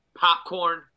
popcorn